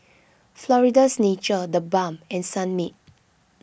Florida's Natural the Balm and Sunmaid